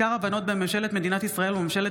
2. פרוטוקול בין ממשלת מדינת ישראל וממשלת